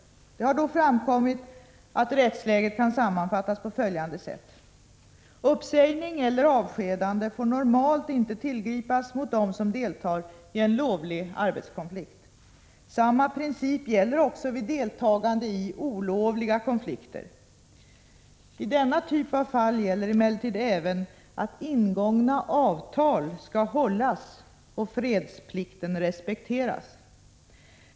Det har då framkommit att rättsläget kan sammanfattas på följande sätt. Uppsägning eller avskedande får normalt inte tillgripas mot dem som deltar i en lovlig arbetskonflikt. Samma princip gäller också vid deltagande i olovliga konflikter. I denna typ av fall gäller emellertid även att ingångna avtal skall hållas och fredsplikten respekteras.